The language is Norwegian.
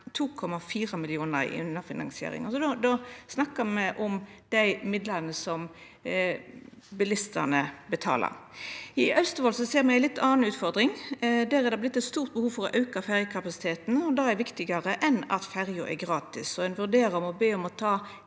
2,4 mill. kr i underfinansiering. Då snakkar me om dei midlane som bilistane betaler. I Austevoll ser me ei litt anna utfordring. Der har det vorte eit stort behov for å auka ferjekapasiteten, og det er viktigare enn at ferja er gratis. Ein vurderer å be om å ta